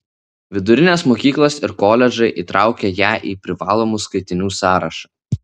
vidurinės mokyklos ir koledžai įtraukia ją į privalomų skaitinių sąrašą